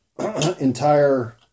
entire